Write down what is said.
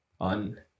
on